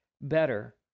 better